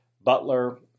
Butler